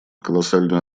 колоссальную